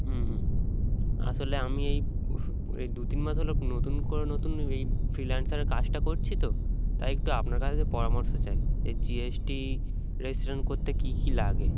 হুম হুম আসলে আমি এই এই দু তিন মাস হল নতুন করে নতুন এই ফ্রিল্যান্সারের কাজটা করছি তো তাই একটু আপনার কাছে পরামর্শ চাই এই জিএসটি রেজিস্ট্রেশন করতে কী কী লাগে